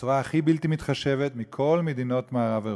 בצורה הכי בלתי מתחשבת מכל מדינות מערב-אירופה.